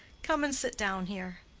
come and sit down here.